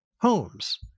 homes